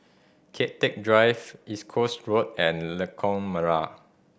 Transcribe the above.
Kian Teck Drive East Coast Road and Lengkok Merak